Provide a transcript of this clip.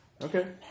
Okay